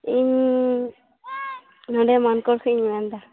ᱤᱧ ᱱᱚᱰᱮ ᱢᱟᱱᱠᱚᱲ ᱠᱷᱚᱱᱤᱧ ᱢᱮᱱ ᱮᱫᱟ